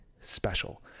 special